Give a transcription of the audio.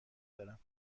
دارم